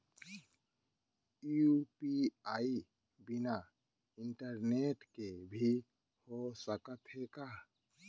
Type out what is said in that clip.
UPI बिना internet के भी हो सकत हे का?